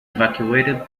evacuated